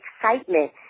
excitement